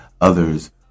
others